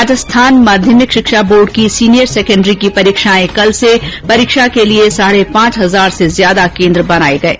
राजस्थान माध्यमिक शिक्षा बोर्ड की सीनियर सैकण्डरी की परीक्षायें कल से परीक्षा के लिए साढे पांच हजार से ज्यारा केन्द्र बनाये गये